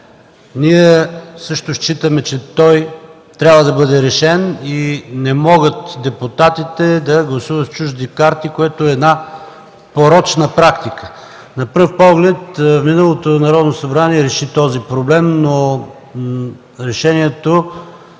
Ние също считаме, че той трябва да бъде решен. Не могат депутатите да гласуват с чужди карти, това е порочна практика. На пръв поглед миналото Народно събрание реши този проблем, но за нас